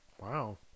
Wow